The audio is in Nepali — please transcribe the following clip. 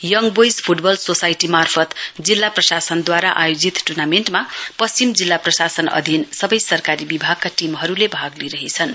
यङ बोइज फुटबल सोसाइटी मार्फत जिल्ला प्रशासनद्वारा आयोजित टुर्नामेन्टमा पश्चिम जिल्ला प्रशासन अधीन सबै सरकारी विभागका टीमहरूले भाग लिइरहेछन्